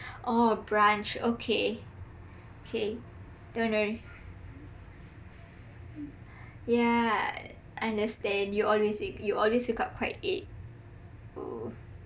orh brunch okay k don't worry yah understand you always you always wake up quite late oh